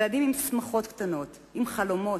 ילדים עם שמחות קטנות, עם חלומות,